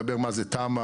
מדבר מה זה תמ"א,